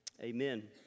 amen